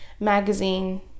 magazine